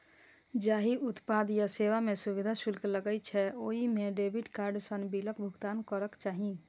जाहि उत्पाद या सेवा मे सुविधा शुल्क लागै छै, ओइ मे डेबिट कार्ड सं बिलक भुगतान करक चाही